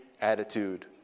attitude